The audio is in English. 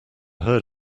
heard